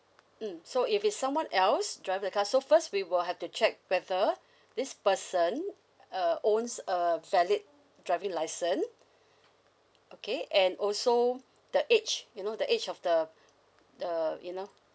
mm so if it's someone else drive the car so first we will have to check whether this person uh uh owns a valid driving licence okay and also the age you know the age of the the you know